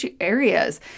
areas